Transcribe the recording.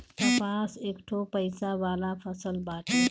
कपास एकठो पइसा वाला फसल बाटे